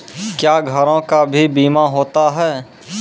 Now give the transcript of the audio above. क्या घरों का भी बीमा होता हैं?